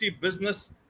business